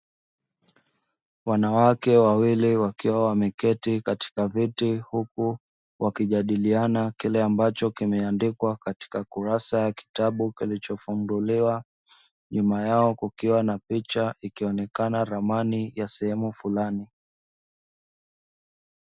Wanawake wawili wakiwa wameketi katika viti huku wakijadiliana kile ambacho kimeandikwa katika kurasa ya kitabu kilichofunduliwa, nyuma yao kukiwa na picha ikionekana ramani ya sehemu fulani.